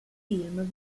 film